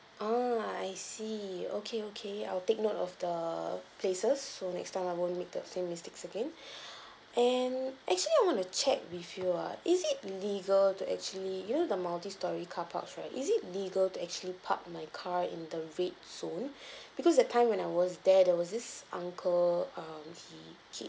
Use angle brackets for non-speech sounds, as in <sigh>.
ah I see okay okay I'll take note of the places so next time I won't make the same mistakes again <breath> and actually I want to check with you ah is it legal to actually you know the multi storey carpark right is it legal to actually park my car in the red zone <breath> because that time when I was there there was this uncle um he keep